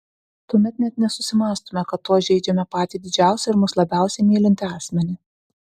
tuomet net nesusimąstome kad tuo žeidžiame patį didžiausią ir mus labiausiai mylintį asmenį